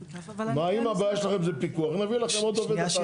אם הבעיה שלכם זה פיקוח, נביא לכם עוד עובד אחד.